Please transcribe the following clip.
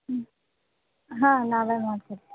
ಹ್ಞೂ ಹಾಂ ನಾವೇ ಮಾಡಿ ಕೊಡ್ತೀವಿ